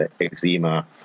eczema